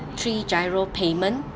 three GIRO payment